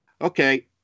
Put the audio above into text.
Okay